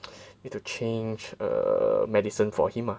need to change err medicine for him ah